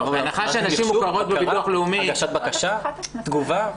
הגשת בקשה, תגובה,